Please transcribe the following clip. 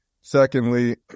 secondly